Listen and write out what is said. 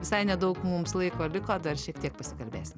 visai nedaug mums laiko liko dar šiek tiek pasikalbėsim